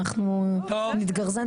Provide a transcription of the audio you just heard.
כל סעיף רשמנו פה לדיון.